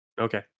Okay